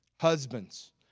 husbands